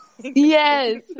yes